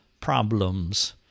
problems